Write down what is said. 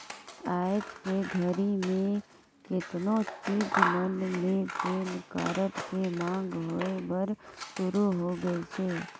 आयज के घरी मे केतनो चीच मन मे पेन कारड के मांग होय बर सुरू हो गइसे